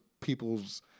people's